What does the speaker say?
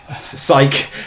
Psych